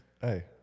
Hey